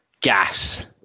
gas